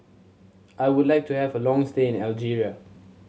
I would like to have a long stay in Algeria